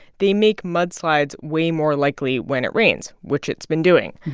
they make mudslides way more likely when it rains, which it's been doing.